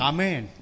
Amen